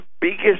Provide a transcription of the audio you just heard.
biggest